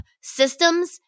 systems